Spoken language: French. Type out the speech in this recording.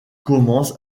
commence